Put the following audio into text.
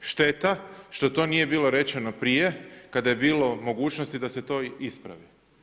Šteta što to nije bilo rečeno prije kada je bilo mogućnosti da se to ispravi.